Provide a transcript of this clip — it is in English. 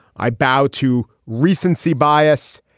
i bowed to recency bias.